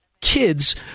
kids